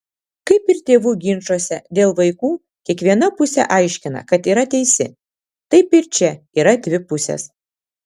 kaip ir tėvų ginčuose dėl vaikų kiekviena pusė aiškina kad yra teisi taip ir čia yra dvi pusės